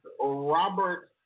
Robert